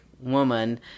woman